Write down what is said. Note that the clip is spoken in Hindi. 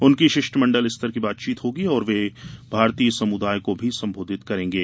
उनकी शिष्टमंडल स्तर की बातचीत होगी और वे भारतीय समुदाय को संबोधित करेंगे